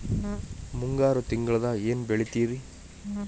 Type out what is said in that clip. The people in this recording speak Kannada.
ಮುಂಗಾರು ತಿಂಗಳದಾಗ ಏನ್ ಬೆಳಿತಿರಿ?